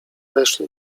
weszli